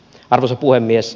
arvoisa puhemies